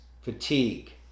fatigue